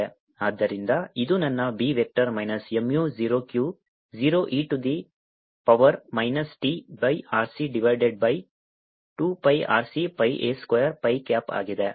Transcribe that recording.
ಆದ್ದರಿಂದ ಇದು ನನ್ನ B vector minus mu 0 Q 0 e to the power minus t by RC divided by 2 pi RC pi a square pi cap ಆಗಿದೆ